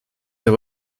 der